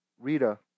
Rita